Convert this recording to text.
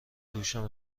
دوشم